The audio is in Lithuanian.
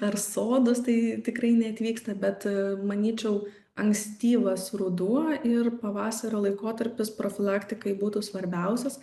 ar sodus tai tikrai neatvyksta bet manyčiau ankstyvas ruduo ir pavasario laikotarpis profilaktikai būtų svarbiausias